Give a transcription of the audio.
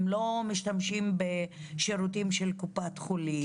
הם לא משתמשים בשירותי קופת חולים,